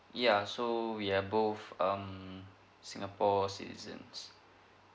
ya so we are both um singapore citizens